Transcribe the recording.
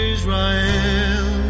Israel